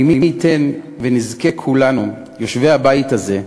מי ייתן ונזכה כולנו, יושבי הבית הזה,